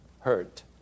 hurt